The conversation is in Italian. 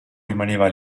rimaneva